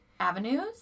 Avenues